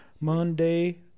Monday